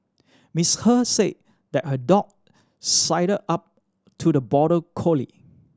Miss He said that her dog sidled up to the border collie